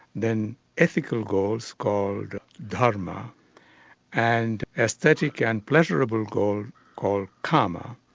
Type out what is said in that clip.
then ethical goals called dharma and aesthetic and pleasurable goals called kama,